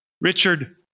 Richard